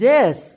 Yes